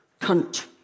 Cunt